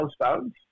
housebound